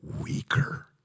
weaker